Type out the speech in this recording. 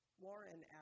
Warren